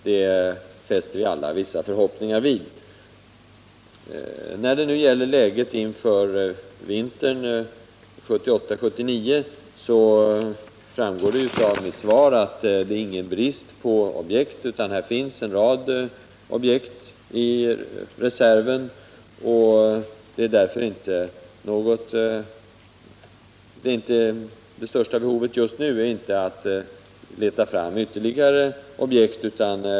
När det nu gäller läget inför vintern 1978-1979 är det, som framgår av mitt svar, ingen brist på objekt, utan det finns en rad sådana i reserven. Det största behovet just nu är därför inte att leta fram ytterligare objekt.